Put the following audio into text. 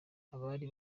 abari